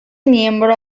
miembro